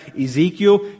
Ezekiel